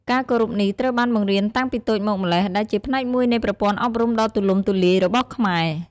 ការគោរពនេះត្រូវបានបង្រៀនតាំងពីតូចមកម្ល៉េះ ដែលជាផ្នែកមួយនៃប្រព័ន្ធអប់រំដ៏ទូលំទូលាយរបស់ខ្មែរ។